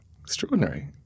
Extraordinary